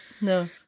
no